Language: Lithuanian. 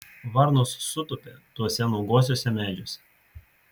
varnos sutūpė tuose nuoguosiuose medžiuose